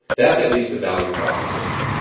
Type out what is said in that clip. that's at least the value proposition.